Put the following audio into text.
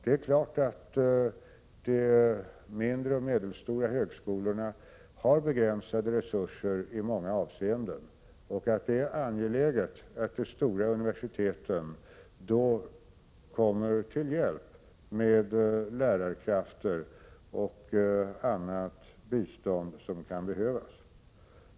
Det är klart att de mindre och medelstora högskolorna i många avseenden har begränsade resurser och att det därför är angeläget att de stora universiteten kommer till hjälp med lärarkrafter och annat bistånd som kan behövas.